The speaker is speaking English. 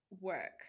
work